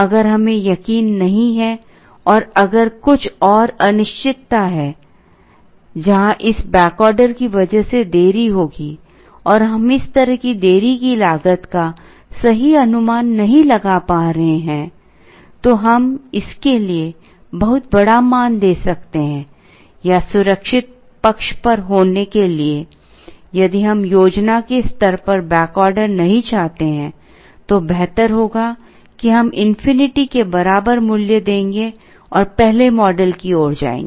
अगर हमें यकीन नहीं है और अगर कुछ और अनिश्चितता है जहां इस बैक ऑर्डर की वजह से देरी होगी और हम इस तरह की देरी की लागत का सही अनुमान नहीं लगा पा रहे हैं तो हम इसके लिए बहुत बड़ा मान दे सकते हैं या सुरक्षित पक्ष पर होने के लिए यदि हम योजना के स्तर पर बैकऑर्डर नहीं चाहते हैं तो बेहतर होगा कि हम इन्फिनिटी के बराबर मूल्य देंगे और पहले मॉडल की ओर जाएंगे